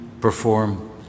perform